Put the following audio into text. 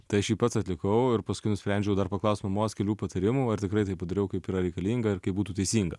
tai aš jį pats atlikau ir paskui nusprendžiau dar paklaust mamos kelių patarimų ar tikrai taip padariau kaip yra reikalinga ir kaip būtų teisinga